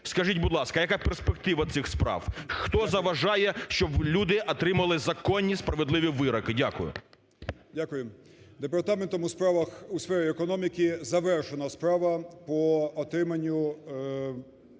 скажіть, будь ласка, яка перспектива цих справ? Хто заважає, щоб люди отримали законі, справедливі вироки? Дякую. 13:27:12 ЛУЦЕНКО Ю.В. Дякую. Департаментом у сфері економіки завершена справа по отриманню